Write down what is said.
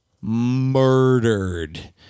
murdered